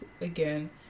again